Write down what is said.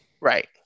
Right